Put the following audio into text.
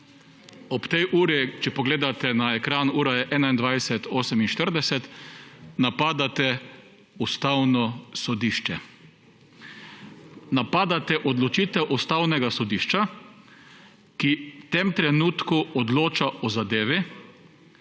Ob tej uri, če pogledate na ekran, ura je 21.48, napadate Ustavno sodišče. Napadate odločitev Ustavnega sodišča, ki v tem trenutku odloča o zadevi,